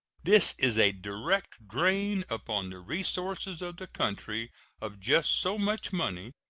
this is a direct drain upon the resources of the country of just so much money,